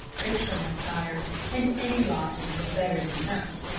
tristram was tired, and any lodging was better than none.